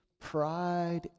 pride